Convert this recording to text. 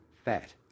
Fat